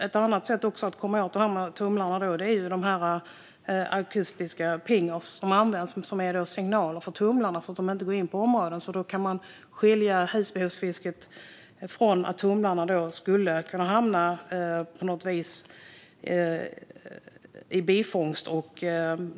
Ett annat sätt att komma åt det här med tumlarna är så kallade akustiska pingers, som alltså skickar signaler till tumlarna att inte gå in på vissa områden. Då kan man skilja husbehovsfisket från tumlarnas områden, så att de inte hamnar i bifångsten.